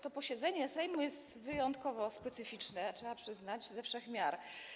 To posiedzenie Sejmu jest wyjątkowo specyficzne, trzeba przyznać, ze wszech miar.